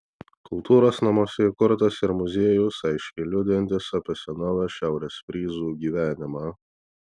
kultūros namuose įkurtas ir muziejus aiškiai liudijantis apie senovės šiaurės fryzų gyvenimą